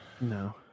No